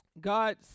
God